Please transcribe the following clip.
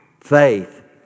Faith